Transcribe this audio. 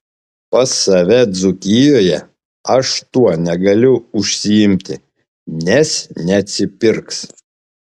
pas save dzūkijoje aš tuo negaliu užsiimti nes neatsipirks